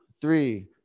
three